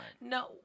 No